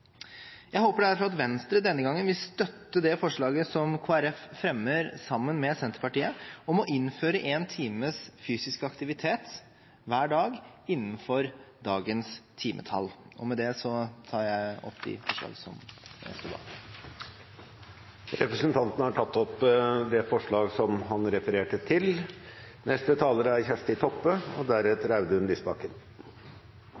Jeg håper derfor at Venstre denne gangen vil støtte det forslaget som Kristelig Folkeparti fremmer sammen med Senterpartiet, om å innføre én times fysisk aktivitet hver dag, innenfor dagens timetall. Med det tar jeg opp forslaget som Kristelig Folkeparti står bak sammen med Senterpartiet. Representanten Anders Tyvand har tatt opp det forslaget han refererte til. Samanhengen mellom fysisk aktivitet og helse er